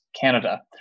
Canada